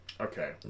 okay